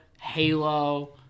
Halo